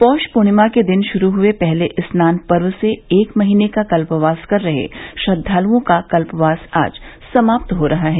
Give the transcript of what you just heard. पोष पूर्णिमा के दिन शुरू हुए पहर्ते स्नान पर्व से एक महीने का कल्पवास कर रहे श्रद्वाल्ओं का कल्पवास आज समाप्त हो रहा है